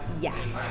yes